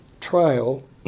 trial